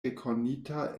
rekonita